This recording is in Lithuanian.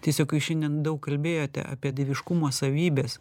tiesiog jūs šiandien daug kalbėjote apie dieviškumo savybes